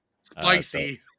spicy